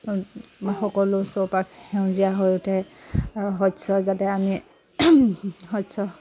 সকলো চৌপাশ সেউজীয়া হৈ উঠে আৰু শস্য যাতে আমি শস্য